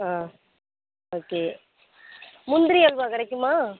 ஆ okay முந்திரி அல்வா கிடைக்குமா